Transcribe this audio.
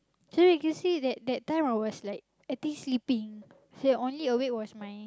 so you can that that time I was like I think sleeping the only awake was my